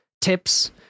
tips